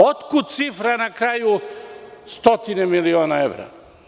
Otkud cifra na kraju stotine miliona evra?